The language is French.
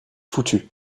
foutu